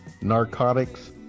narcotics